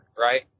Right